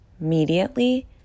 immediately